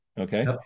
Okay